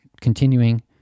continuing